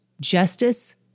justice